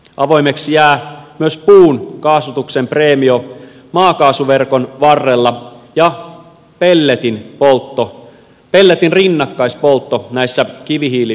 avoimeksi jää myös puun kaasutuksen preemio maakaasuverkon varrella ja pelletin rinnakkaispoltto näissä kivihiililaitoksissa